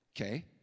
okay